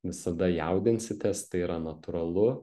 visada jaudinsitės tai yra natūralu